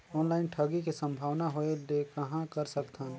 Online ठगी के संभावना होय ले कहां कर सकथन?